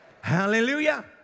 Hallelujah